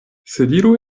sedilo